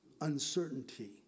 uncertainty